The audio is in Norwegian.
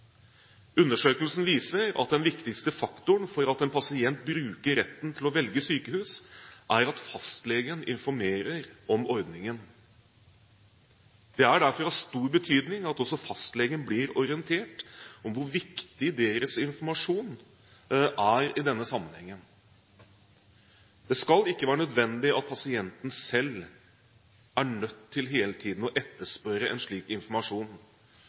Undersøkelsen viser at den viktigste faktoren for at en pasient bruker retten til å velge sykehus, er at fastlegen informerer om ordningen. Det er derfor av stor betydning at også fastlegene blir orientert om hvor viktig deres informasjon er i denne sammenhengen. Det skal ikke være nødvendig at pasienten selv er nødt til hele tiden å etterspørre en slik informasjon.